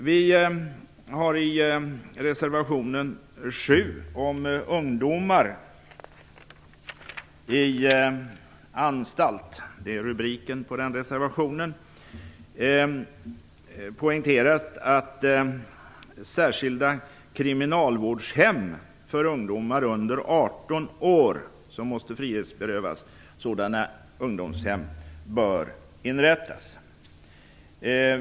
Vi har i reservation nr 7 med rubriken Ungdomar i anstalt poängterat att särskilda kriminalvårdshem bör inrättas för ungdomar under 18 år som måste frihetsberövas.